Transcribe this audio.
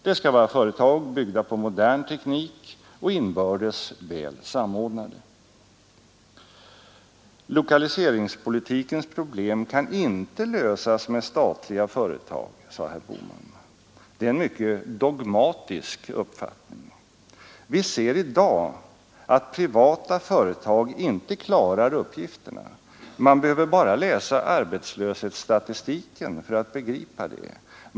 Det skall vara företag byggda på modern teknik och inbördes väl samordnade. Lokaliseringspolitikens problem skall inte lösas med statliga företag, sade herr Bohman. Det är en mycket dogmatisk uppfattning. Vi ser i dag att privata företag inte klarar uppgifterna. Man behöver bara läsa arbetslöshetsstatistiken för att begripa det.